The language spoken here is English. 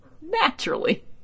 Naturally